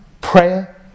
prayer